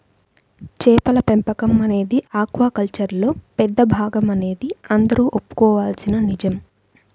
చేపల పెంపకం అనేది ఆక్వాకల్చర్లో పెద్ద భాగమనేది అందరూ ఒప్పుకోవలసిన నిజం